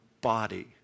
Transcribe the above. body